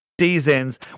seasons